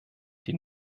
die